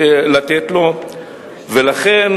בבקשה.